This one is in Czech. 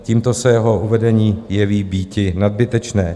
Tímto se jeho uvedení jeví býti nadbytečné.